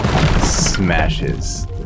smashes